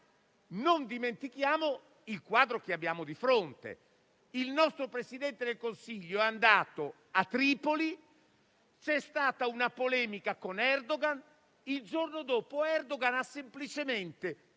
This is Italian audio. non dimentichiamo il quadro che abbiamo di fronte. Il nostro Presidente del Consiglio è andato a Tripoli, c'è stata una polemica con Erdogan, che il giorno dopo ha semplicemente